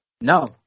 No